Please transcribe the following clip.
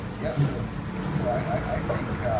yeah, so so i think